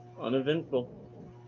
uneventful